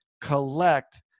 collect